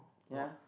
ya